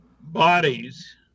bodies